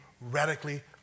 radically